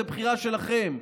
זאת בחירה שלכם,